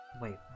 Wait